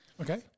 Okay